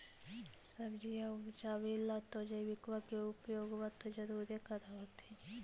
सब्जिया उपजाबे ला तो जैबिकबा के उपयोग्बा तो जरुरे कर होथिं?